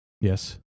Yes